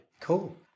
Cool